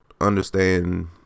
understand